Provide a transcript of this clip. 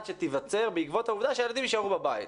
שתיווצר בעקבות העובדה שהילדים יישארו בבית.